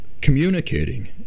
communicating